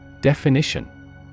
Definition